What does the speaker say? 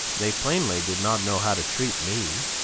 they plainly did not know how to treat me,